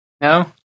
No